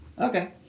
Okay